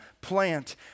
plant